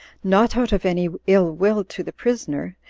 not out of any ill-will to the prisoner,